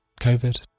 COVID